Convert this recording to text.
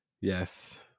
yes